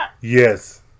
Yes